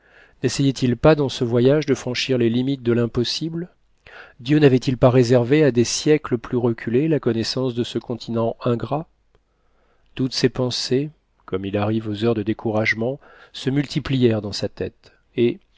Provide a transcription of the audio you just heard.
nessayait il pas dans ce voyage de franchir les limites de l'impossible dieu n'avait-il pas réservé à des siècles plus reculés la connaissance de ce continent ingrat toutes ces pensées comme il arrive aux heures de découragement se multiplièrent dans sa tête et